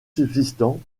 subsistant